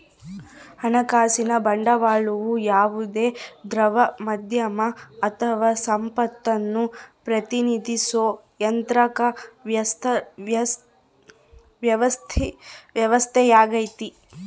ಹಣಕಾಸಿನ ಬಂಡವಾಳವು ಯಾವುದೇ ದ್ರವ ಮಾಧ್ಯಮ ಅಥವಾ ಸಂಪತ್ತನ್ನು ಪ್ರತಿನಿಧಿಸೋ ಯಾಂತ್ರಿಕ ವ್ಯವಸ್ಥೆಯಾಗೈತಿ